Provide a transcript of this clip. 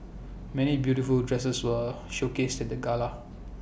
many beautiful dresses were showcased at the gala